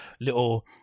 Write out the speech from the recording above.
little